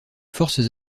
forces